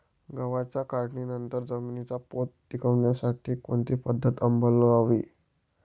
गव्हाच्या काढणीनंतर जमिनीचा पोत टिकवण्यासाठी कोणती पद्धत अवलंबवावी?